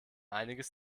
einiges